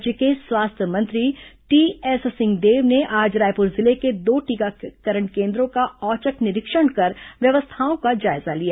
राज्य के स्वास्थ्य मंत्री टीएस सिंहदेव ने आज रायपुर जिले के दो टीकाकरण केन्द्रों का औचक निरीक्षण कर व्यवस्थाओं का जायजा लिया